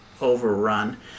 overrun